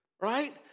right